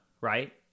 right